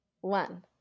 One